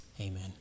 amen